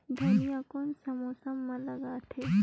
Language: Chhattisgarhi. धनिया कोन सा मौसम मां लगथे?